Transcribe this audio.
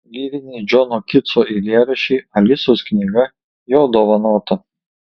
lyriniai džono kitso eilėraščiai alisos knyga jo dovanota